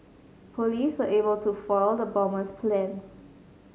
police were able to foil the bomber's plans